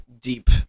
deep